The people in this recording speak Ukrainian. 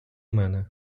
мене